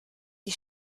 die